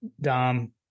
Dom